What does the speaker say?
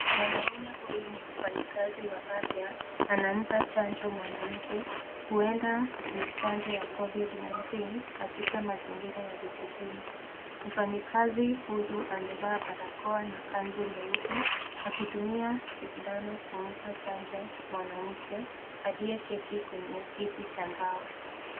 Mwanaume huyu ni mfanyakazi wa afya anampaa chanjo mwanamke huenda ni chanjo ya covid-19 katika mazingira ya vijijini. Mfanyakazi huyu amevaa barakoa na kanzu nyeupe akitumia sindano kumpaa chanjo mwanamke aliyeketi kwenye kiti cha mbao.